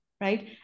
right